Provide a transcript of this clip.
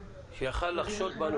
שיכול היה לחשוד בנו,